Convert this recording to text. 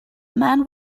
man